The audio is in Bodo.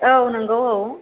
औ नोंगौ औ